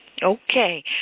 Okay